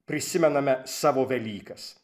prisimename savo velykas